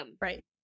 Right